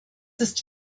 ist